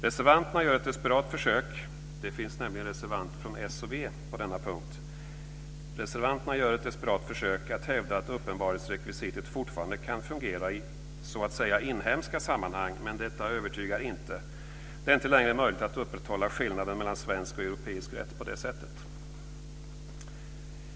Reservanterna gör ett desperat försök - det finns nämligen reservanter från s och v på denna punkt - att hävda att uppenbarhetsrekvisitet fortfarande kan fungera i så att säga inhemska sammanhang, men detta övertygar inte. Det är inte längre möjligt att upprätthålla skillnaden mellan svensk och europeisk rätt på det sättet.